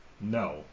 No